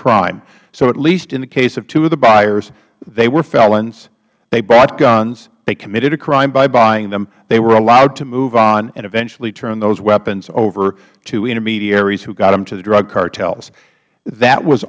crime so at least in the case of two of the buyers they were felons they bought guns they committed a crime by buying them they were allowed to move on and eventually turn those weapons over to intermediaries who got them to the drug cartels that was